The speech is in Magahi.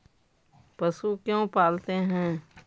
पशु क्यों पालते हैं?